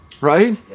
right